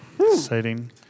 Exciting